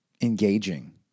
engaging